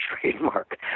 trademark